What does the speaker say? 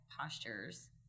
postures